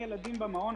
אנחנו